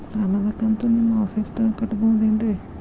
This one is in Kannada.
ಸಾಲದ ಕಂತು ನಿಮ್ಮ ಆಫೇಸ್ದಾಗ ಕಟ್ಟಬಹುದೇನ್ರಿ?